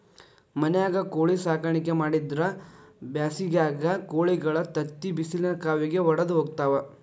ಮನ್ಯಾಗ ಕೋಳಿ ಸಾಕಾಣಿಕೆ ಮಾಡಿದ್ರ್ ಬ್ಯಾಸಿಗ್ಯಾಗ ಕೋಳಿಗಳ ತತ್ತಿ ಬಿಸಿಲಿನ ಕಾವಿಗೆ ವಡದ ಹೋಗ್ತಾವ